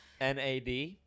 NAD